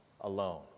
alone